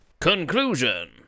Conclusion